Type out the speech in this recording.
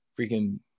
freaking